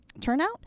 turnout